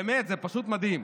באמת, זה פשוט מדהים.